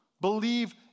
believe